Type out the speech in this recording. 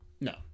No